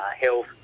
health